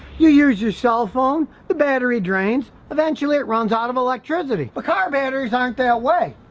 you use your cell phone the battery drains, eventually it runs out of electricity, but car batteries aren't that way,